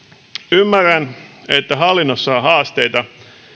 ymmärrän että hallinnossa on haasteita